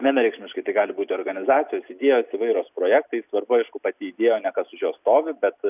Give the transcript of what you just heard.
vienareikšmiškai tai gali būti organizacijos idėjos įvairūs projektai svarbu aišku pati idėja o ne kas už jos stovi bet